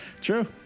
True